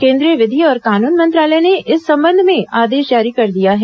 केंद्रीय विधि और कानून मंत्रालय ने इस संबंध में आदेश जारी कर दिया है